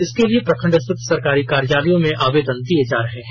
इसके लिए प्रखण्ड स्थित सरकारी कार्यालयों में आवेदन दिये जा रहे हैं